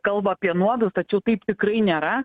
kalba apie nuodus tačiau taip tikrai nėra